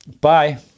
Bye